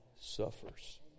suffers